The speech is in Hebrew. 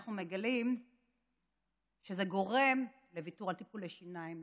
ואנחנו מגלים שזה גורם לוויתור על טיפולי שיניים,